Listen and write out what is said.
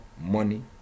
money